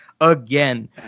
Again